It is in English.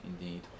indeed